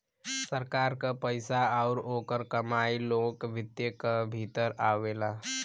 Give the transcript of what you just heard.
सरकार क पइसा आउर ओकर कमाई लोक वित्त क भीतर आवेला